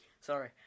Sorry